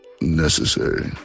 necessary